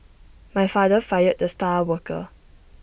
my father fired the star worker